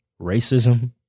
Racism